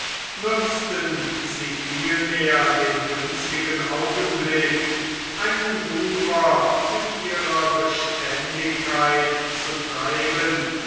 nutzten sie vielmehr den günstigen augenblick einen wucher mit ihrer beständigkeit zu treiben